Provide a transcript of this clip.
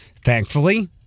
thankfully